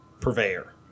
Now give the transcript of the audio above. purveyor